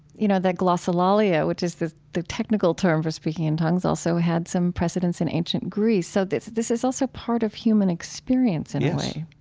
you know, that glossolalia, which is the technical term for speaking in tongues, also had some precedence in ancient greece. so this this is also part of human experience in a way